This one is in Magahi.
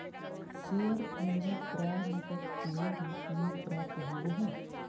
शेयर पूंजी प्राय नकद के रूप में प्राप्त होबो हइ